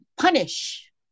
punish